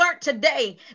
today